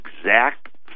exact